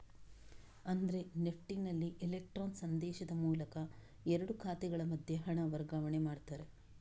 ಅಂದ್ರೆ ನೆಫ್ಟಿನಲ್ಲಿ ಇಲೆಕ್ಟ್ರಾನ್ ಸಂದೇಶದ ಮೂಲಕ ಎರಡು ಖಾತೆಗಳ ಮಧ್ಯೆ ಹಣ ವರ್ಗಾವಣೆ ಮಾಡ್ತಾರೆ